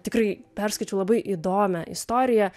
tikrai perskaičiau labai įdomią istoriją